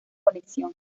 conexión